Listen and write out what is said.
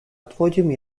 отводим